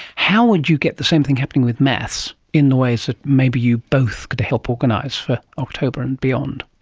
how would you get the same thing happening with maths in the ways that maybe you both could help organise for october and beyond?